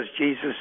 Jesus